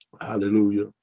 Hallelujah